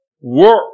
work